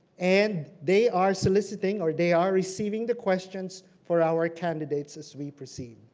and they are soliciting or they are receiving the questions for our candidates as we proceed.